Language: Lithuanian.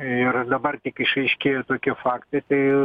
ir dabar tik išaiškėjo tokie faktai tai